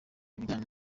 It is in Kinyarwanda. ibijyanye